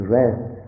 rest